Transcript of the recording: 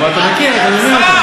אבל אתה מכיר, אתה מבין אותו.